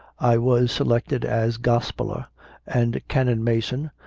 i was selected as gospeller and canon mason,